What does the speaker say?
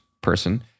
person